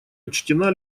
учтена